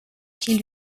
qui